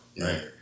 Right